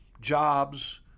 jobs